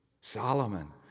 Solomon